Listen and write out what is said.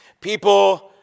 people